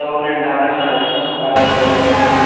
okay నేను tablets రాసిస్తా paracetamol ఒకటి